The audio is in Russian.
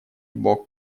бог